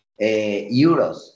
euros